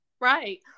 right